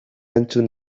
entzun